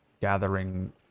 gathering